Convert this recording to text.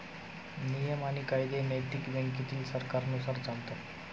नियम आणि कायदे नैतिक बँकेतील सरकारांनुसार चालतात